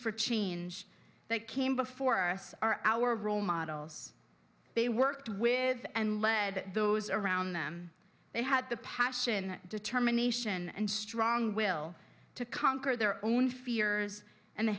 for change that came before us are our role models they worked with and led those around them they had the passion determination and strong will to conquer their own fears and the